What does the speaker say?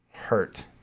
hurt